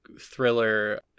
thriller